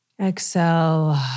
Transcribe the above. Exhale